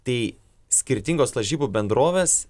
tai skirtingos lažybų bendrovės